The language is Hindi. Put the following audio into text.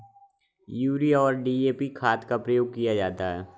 यूरिया और डी.ए.पी खाद का प्रयोग किया जाता है